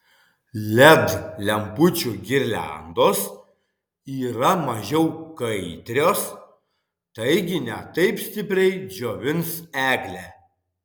led lempučių girliandos yra mažiau kaitrios taigi ne taip stipriai džiovins eglę